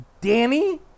Danny